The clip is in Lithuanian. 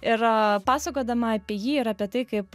ir pasakodama apie jį ir apie tai kaip